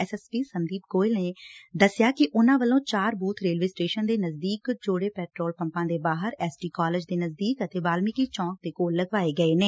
S S P Sandeep Goyal ਨੇ ਦੱਸਿਆ ਕਿ ਉਨੂਾਂ ਵੱਲੋ ਚਾਰ ਬੂਬ ਰੇਲਵੇ ਸਟੇਸ਼ਨ ਦੇ ਨਜ਼ਦੀਕ ਜੌੜੇ ਪੈਟਰੋਲ ਪੰਪਾਂ ਦੇ ਬਾਹਰ ਐਸ ਡੀ ਕਾਲਜ ਦੇ ਨਜ਼ਦੀਕ ਅਤੇ ਬਾਲਮੀਕਿ ਚੌਂਕ ਦੇ ਕੋਲ ਲਗਵਾਏ ਗਏ ਨੇ